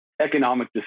economic